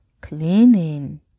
cleaning